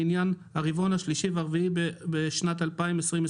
לעניין הרבעון השלישי והרבעון הרביעי של שנת 2021,